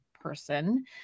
person